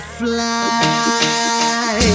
fly